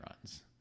runs